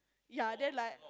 ya then like